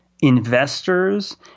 investors